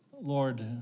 Lord